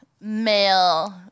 male